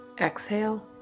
Exhale